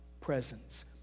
presence